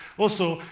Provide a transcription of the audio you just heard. also,